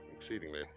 exceedingly